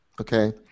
Okay